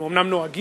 הם אומנם נוהגים,